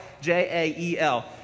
j-a-e-l